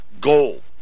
Goal